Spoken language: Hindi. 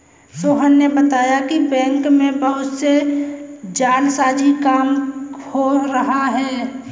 सोहन ने बताया कि बैंक में बहुत से जालसाजी का काम हो रहा है